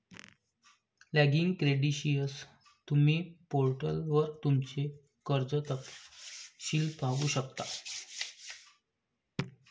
login क्रेडेंशियलसह, तुम्ही पोर्टलवर तुमचे कर्ज तपशील पाहू शकता